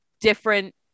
different